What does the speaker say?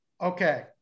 Okay